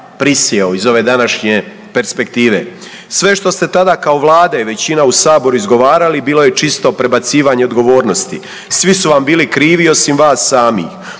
iz ove današnje perspektive. Sve što ste tada kao vlade i većina u saboru izgovarali bilo je čisto prebacivanje odgovornosti, svi su vam bili krivi osim vas samih,